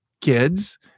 kids